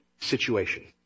situation